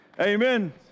Amen